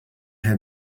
her